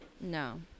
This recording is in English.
no